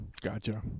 gotcha